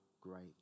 great